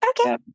Okay